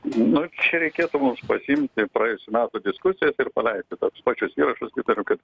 nu čia reikėtų mums pasiimti praėjusių metų diskusijas ir paleisti tuos pačius įrašus įtariu kad